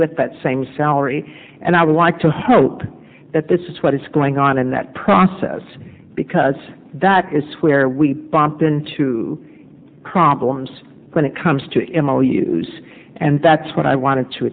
with that same salary and i would like to hope that this is what is going on in that process because that is where we bump into problems when it comes to and that's what i wanted to